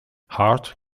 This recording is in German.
hart